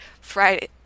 Friday